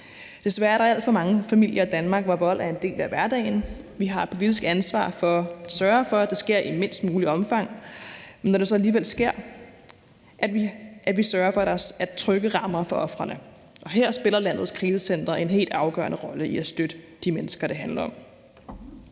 Desværre er der alt for mange familier i Danmark, hvor vold er en del af hverdagen. Vi har et politisk ansvar for at sørge for, at det sker i mindst muligt omfang. Når det så alligevel sker, skal vi sørge for, at der er trygge rammer for ofrene, og her spiller landets krisecentre en helt afgørende rolle i at støtte de mennesker, det handler om.